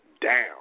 down